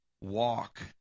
walk